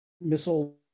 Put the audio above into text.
missile